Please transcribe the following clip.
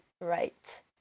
right